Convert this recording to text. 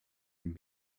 and